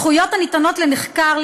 זכויות הניתנות לנחקר,